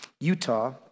Utah